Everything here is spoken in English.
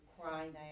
crying